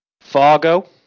fargo